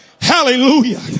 hallelujah